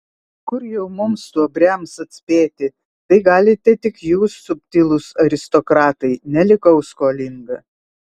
kur jau mums stuobriams atspėti tai galite tik jūs subtilūs aristokratai nelikau skolinga